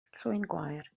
llwyngwair